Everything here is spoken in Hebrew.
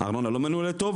הארנונה לא מנוהלת טוב?